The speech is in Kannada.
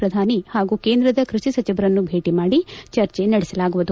ಪ್ರಧಾನ ಹಾಗೂ ಕೇಂದ್ರದ ಕೃಷಿ ಸಚಿವರನ್ನು ಭೇಟಿ ಮಾಡಿ ಚರ್ಚೆ ನಡೆಸಲಾಗುವುದು